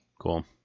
Cool